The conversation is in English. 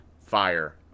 Fire